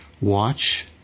watch